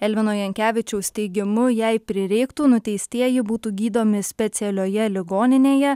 elvino jankevičiaus teigimu jei prireiktų nuteistieji būtų gydomi specialioje ligoninėje